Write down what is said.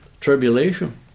tribulation